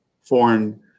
foreign